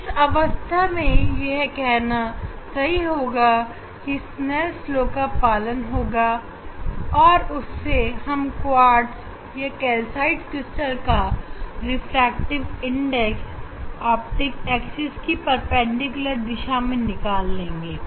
किस अवस्था में यह कहना सही होगा कि स्नेल लाSnell's law का पालन होगा और उससे हम क्वार्ट्ज या कैल्साइट क्रिस्टल का रिफ्रैक्टिव इंडेक्स ऑप्टिक एक्सिस की परपेंडिकुलर दिशा में निकाल लेंगे